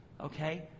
okay